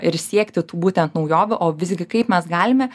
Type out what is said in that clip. ir siekti tų būtent naujovių o visgi kaip mes galime